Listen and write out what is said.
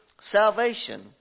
salvation